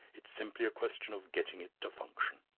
it's simply a question of getting it to function.